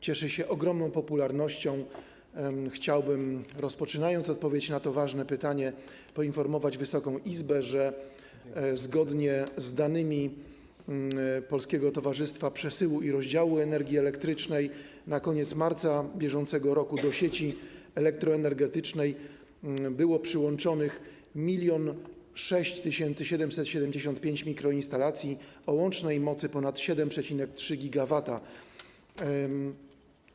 Chciałbym, rozpoczynając odpowiedź na to ważne pytanie, poinformować Wysoką Izbę, że zgodnie z danymi Polskiego Towarzystwa Przesyłu i Rozdziału Energii Elektrycznej na koniec marca br. do sieci elektroenergetycznej było przyłączonych 1006775 mikroinstalacji o łącznej mocy ponad 7,3 GW.